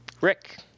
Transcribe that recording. Rick